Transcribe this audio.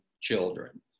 children